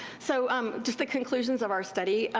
so um just the conclusions of our study.